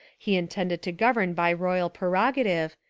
he intended to govern by royal prerogative.